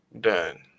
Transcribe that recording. done